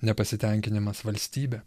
nepasitenkinimas valstybe